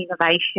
innovation